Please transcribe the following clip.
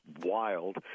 wild